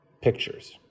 pictures